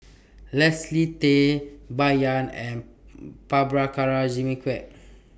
Leslie Tay Bai Yan and Prabhakara Jimmy Quek